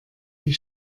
die